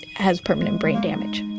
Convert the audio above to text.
has permanent brain damage.